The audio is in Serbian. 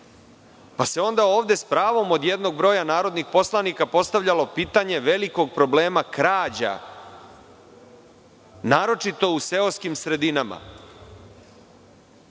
Pa se onda ovde sa pravom od jednog broja narodnih poslanika postavljalo pitanje velikog problema krađa, naročito u seoskim sredinama,